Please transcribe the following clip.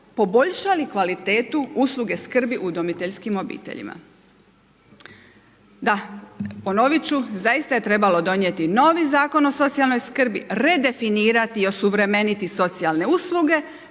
poboljšali kvalitetu usluge skrbi udomiteljskim obiteljima. Da, ponovit ću, zaista je trebalo donijeti novi zakon o socijalnoj skrbi, redefinirati i osuvremeniti socijalne usluge